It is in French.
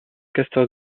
castor